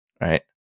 right